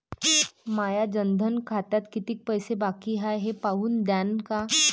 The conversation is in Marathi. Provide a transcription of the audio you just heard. माया जनधन खात्यात कितीक पैसे बाकी हाय हे पाहून द्यान का?